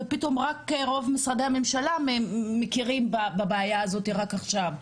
ופתאום רוב משרדי הממשלה מכירים בבעיה הזאת רק עכשיו,